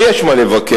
ויש מה לבקר,